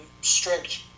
strict